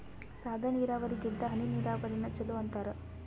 ಸಾದ ನೀರಾವರಿಗಿಂತ ಹನಿ ನೀರಾವರಿನ ಚಲೋ ಅಂತಾರ